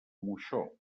moixó